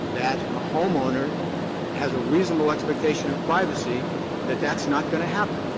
that a homeowner has a reasonable expectation of privacy that that's not going to happen.